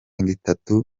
itatu